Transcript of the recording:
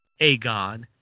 Aegon